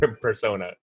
persona